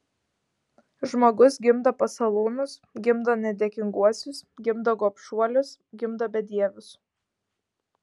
žmogus gimdo pasalūnus gimdo nedėkinguosius gimdo gobšuolius gimdo bedievius